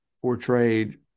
portrayed